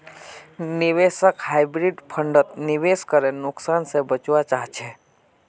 निवेशक हाइब्रिड फण्डत निवेश करे नुकसान से बचवा चाहछे